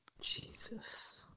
jesus